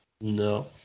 No